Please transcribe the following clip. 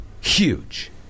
huge